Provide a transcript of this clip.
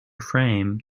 frame